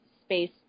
space